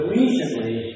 recently